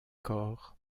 corps